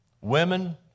women